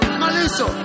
maliso